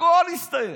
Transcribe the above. הכול הסתיים.